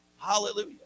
Hallelujah